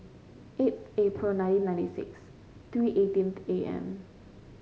eighth April nineteen ninety six three eighteenth A M